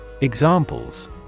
Examples